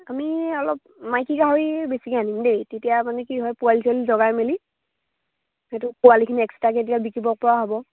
আমি অলপ মাইকী গাহৰি বেছিকে আনিম দেই তেতিয়া মানে কি হয় পোৱালি ছোৱালী জগাই মেলি সেইটো পোৱালিখিনি এক্সট্ৰাকে তেতিয়া বিকিব পৰা হ'ব